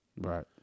Right